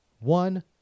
One